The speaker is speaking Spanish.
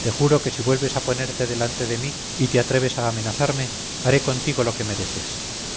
te juro que si vuelves a ponerte delante de mí y te atreves a amenazarme haré contigo lo que mereces